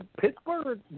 Pittsburgh